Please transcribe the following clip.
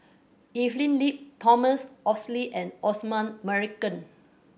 Evelyn Lip Thomas Oxley and Osman Merican